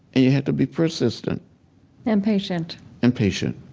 and you have to be persistent and patient and patient.